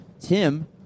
Tim